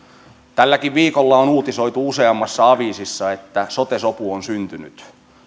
tälläkin viikolla on uutisoitu useammassa aviisissa että sote sopu on syntynyt